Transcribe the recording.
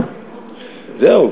זהו,